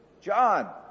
John